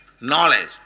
knowledge